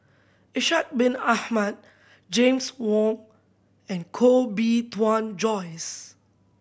Ishak Bin Ahmad James Wong and Koh Bee Tuan Joyce